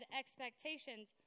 expectations